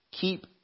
keep